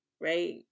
right